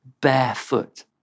barefoot